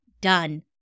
done